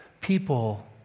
people